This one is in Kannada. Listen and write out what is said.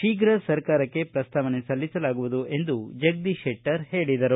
ಶೀಘ ಸರ್ಕಾರಕ್ಕೆ ಪ್ರಸ್ತಾವನೆ ಸಲ್ಲಿಸಲಾಗುವುದು ಎಂದು ಜಗದೀಶ ಶೆಟ್ಟರ್ ಹೇಳಿದರು